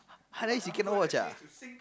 !huh! that means you cannot watch ah